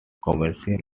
commercial